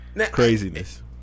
craziness